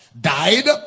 died